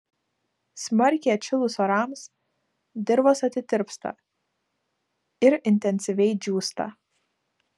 smarkiai atšilus orams dirvos atitirpsta ir intensyviai džiūsta